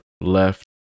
left